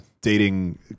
dating